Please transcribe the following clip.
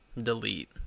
delete